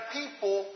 people